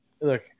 look